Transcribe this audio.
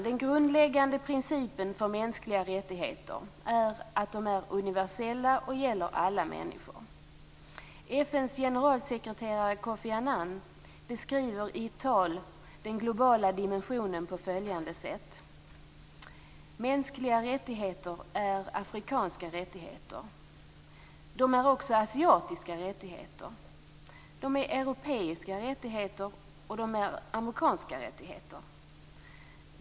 Den grundläggande principen för mänskliga rättigheter är att de är universella och gäller alla människor. FN:s generalsekreterare Kofi Annan beskriver i ett tal den globala dimensionen på följande sätt: Mänskliga rättigheter är afrikanska rättigheter. De är också asiatiska rättigheter. De är europeiska rättigheter, och de är amerikanska rättigheter.